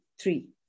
three